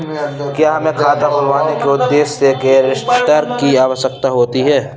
क्या हमें खाता खुलवाने के उद्देश्य से गैरेंटर की आवश्यकता होती है?